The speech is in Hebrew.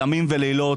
ימים ולילות,